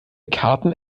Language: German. karten